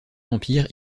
empire